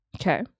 Okay